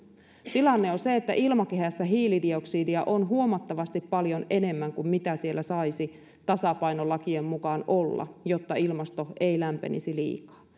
tilanne on se että ilmakehässä hiilidioksidia on huomattavasti paljon enemmän kuin mitä siellä saisi tasapainolakien mukaan olla jotta ilmasto ei lämpenisi liikaa